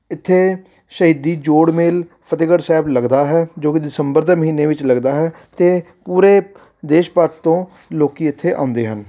ਇੱਥੇ ਸ਼ਹੀਦੀ ਜੋੜ ਮੇਲਾ ਫਤਿਹਗੜ੍ਹ ਸਾਹਿਬ ਲੱਗਦਾ ਹੈ ਜੋ ਕਿ ਦਸੰਬਰ ਦੇ ਮਹੀਨੇ ਵਿੱਚ ਲੱਗਦਾ ਹੈ ਅਤੇ ਪੂਰੇ ਦੇਸ਼ ਭਰ ਤੋਂ ਲੋਕ ਇੱਥੇ ਆਉਂਦੇ ਹਨ